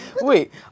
Wait